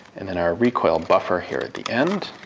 and then our recoil buffer here at the end.